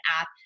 app